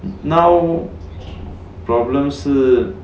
now problem 是